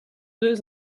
deux